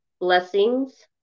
blessings